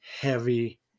heavy